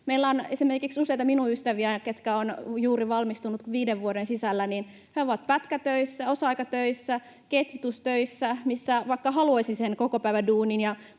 ole. On esimerkiksi useita minun ystäviäni, ketkä ovat juuri valmistuneet viiden vuoden sisällä, ja he ovat pätkätöissä, osa-aikatöissä, ketjutustöissä. Vaikka haluaisi sen kokopäiväduunin